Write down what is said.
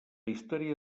història